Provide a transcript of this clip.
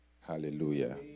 Hallelujah